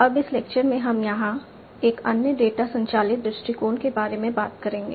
अब इस लेक्चर में हम यहां एक अन्य डेटा संचालित दृष्टिकोण के बारे में बात करेंगे